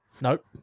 Nope